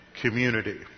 community